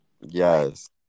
Yes